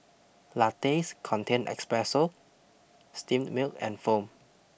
lattes contain espresso steamed milk and foam